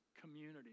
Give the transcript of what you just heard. community